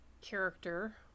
character